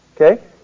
Okay